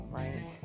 right